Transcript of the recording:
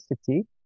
city